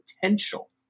potential